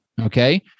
Okay